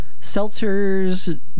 seltzers